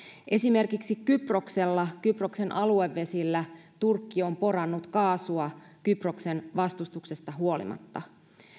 esimerkiksi kyproksella kyproksen aluevesillä turkki on porannut kaasua kyproksen vastustuksesta huolimatta